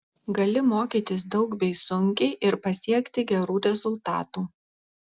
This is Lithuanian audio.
gali mokytis daug bei sunkiai ir pasiekti gerų rezultatų